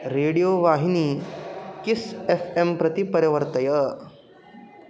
radio वाहिनी Kiss F M प्रति परिवर्तय